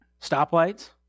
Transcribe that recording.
Stoplights